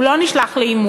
הוא לא נשלח לאימוץ,